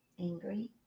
angry